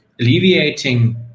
alleviating